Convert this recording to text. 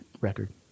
record